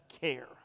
care